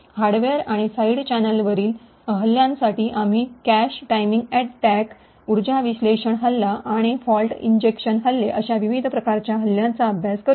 hardware आणि side चॅनेलवरील हल्ल्यांसाठी आम्ही कॅशे टायमिंग अटॅक उर्जा विश्लेषण हल्ला आणि फॉल्ट इंजेक्शन हल्ले अशा विविध प्रकारच्या हल्ल्यांचा अभ्यास करू